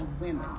women